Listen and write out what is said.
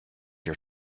your